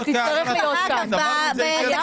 העברה תקציבית.